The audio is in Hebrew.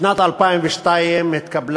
בשנת 2002 נתקבלה,